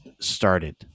started